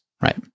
Right